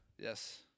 Yes